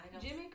Jimmy